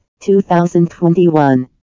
2021